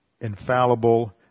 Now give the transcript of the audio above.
infallible